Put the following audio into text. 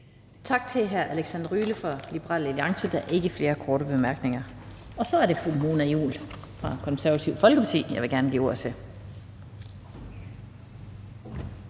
Tak til hr. Alexander Ryle fra Liberal Alliance. Der er ikke flere korte bemærkninger. Så er det fru Mona Juul fra Det Konservative Folkeparti, som jeg gerne vil give ordet til.